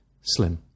Slim